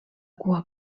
cua